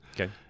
Okay